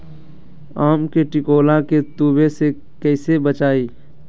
आम के टिकोला के तुवे से कैसे बचाई?